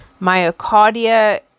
myocardia